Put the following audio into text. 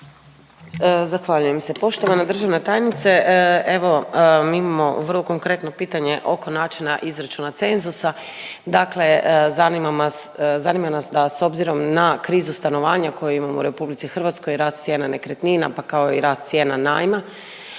Zahvaljujem se. Poštovana državna tajnice, evo mi imamo vrlo konkretno pitanje oko načina izračuna cenzusa. Dakle, zanima mas, zanima nas da s obzirom na krizu stanovanja koju imamo u RH rast cijena nekretnina pa kao i rast cijena najma